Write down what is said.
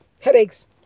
headaches